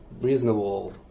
reasonable